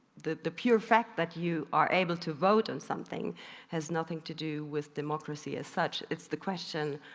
the the pure fact that you are able to vote on something has nothing to do with democracy as such. it's the question,